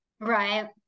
Right